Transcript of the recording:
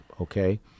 Okay